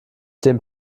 dem